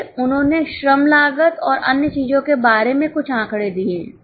फिर उन्होंने श्रम लागत और अन्य चीजों के बारे में कुछ आंकड़े दिए हैं